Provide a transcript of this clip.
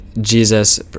Jesus